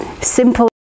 Simple